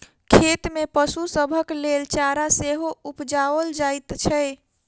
खेत मे पशु सभक लेल चारा सेहो उपजाओल जाइत छै